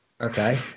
Okay